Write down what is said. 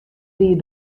wie